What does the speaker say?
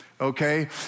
okay